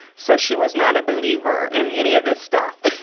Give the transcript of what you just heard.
so she was not a believer in any of this stuff.